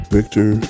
Victor